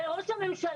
הרי ראש הממשלה,